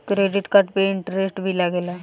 Credit card पे interest भी लागेला?